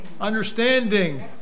Understanding